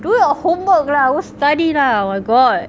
do your homework lah go study lah oh my god